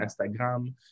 Instagram